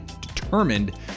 determined